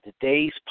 Today's